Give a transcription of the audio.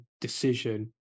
decision